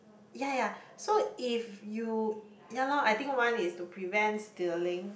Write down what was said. ya ya so if you ya loh I think one is to prevent stealing